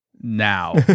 now